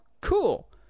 cool